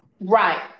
Right